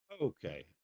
Okay